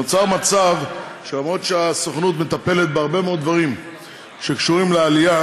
נוצר מצב שאף שהסוכנות מטפלת בהרבה מאוד דברים שקשורים לעלייה,